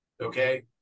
Okay